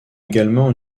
également